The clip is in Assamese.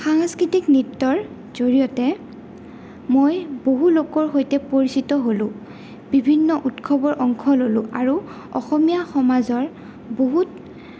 সাংস্কৃতিক নৃত্যৰ জৰিয়তে মই বহুলোকৰ সৈতে পৰিচিত হ'লোঁ বিভিন্ন উৎসৱৰ অংশ ল'লোঁ আৰু অসমীয়া সমাজৰ বহুত